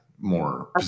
more